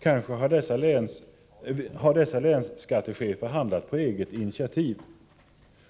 Kanske har dessa länsskattechefer handlat på eget initiativ.